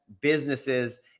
businesses